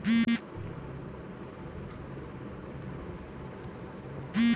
सरकार तअ कवनो भी दशा में आपन कर नाइ छोड़त बिया